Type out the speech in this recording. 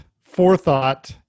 forethought